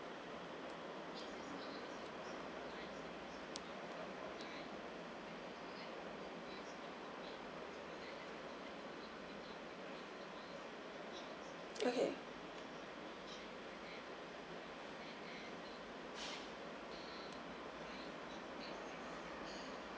okay